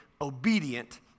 obedient